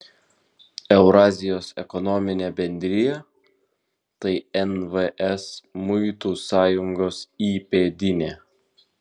eurazijos ekonominė bendrija tai nvs muitų sąjungos įpėdinė